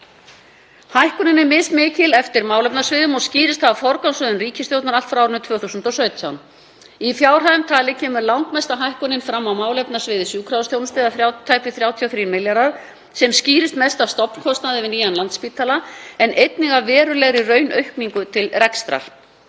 Hækkunin er mismikil eftir málefnasviðum og skýrist það af forgangsröðun ríkisstjórnar allt frá árinu 2017. Í fjárhæðum talið kemur langmesta hækkunin fram á málefnasviði sjúkrahúsþjónustu, tæpir 33 milljarðar, sem skýrist best af stofnkostnaði við nýjan Landspítala en einnig af verulegri raunaukningu til rekstrar.